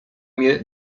mnie